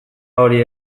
hori